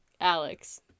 Alex